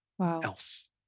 else